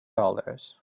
dollars